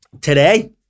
Today